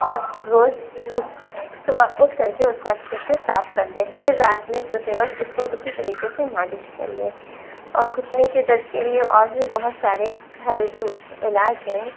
اور روز صبح اٹھ کر کے اس کو اچھے سے صاف کرلیں پھر رات میں سوتے وقت اس کو اسی طریقے سے مالش کرلیں اور گھٹنے کے درد کے لیے اور بھی بہت سارے گھریلو علاج ہیں